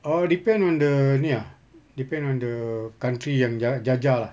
oh depend on the ini ah depend on the country yang ja~ jajah lah